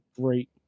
great